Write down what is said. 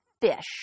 fish